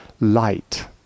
light